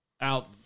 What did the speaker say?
out